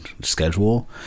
schedule